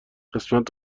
قسمت